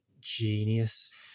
genius